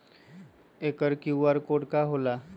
एकर QR code का होकेला?